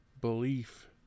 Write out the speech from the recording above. belief